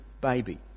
baby